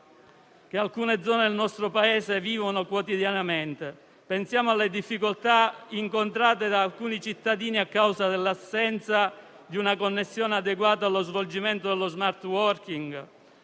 che alcune zone del Paese vivono quotidianamente. Pensiamo alle difficoltà incontrate da alcuni cittadini a causa dell'assenza di una connessione adeguata allo svolgimento dello *smart working*